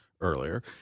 earlier